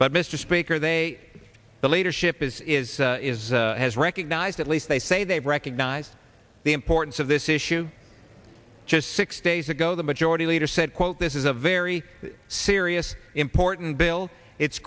but mr speaker they the leadership is is is has recognized at least they say they recognize the importance of this issue just six days ago the majority leader said quote this is a very serious important bill it's